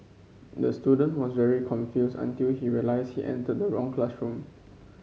the student was very confused until he realised he entered the wrong classroom